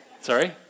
Sorry